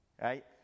right